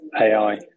AI